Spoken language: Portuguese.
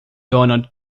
donald